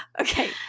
Okay